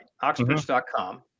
oxbridge.com